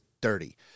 dirty